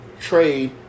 Trade